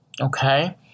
okay